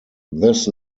this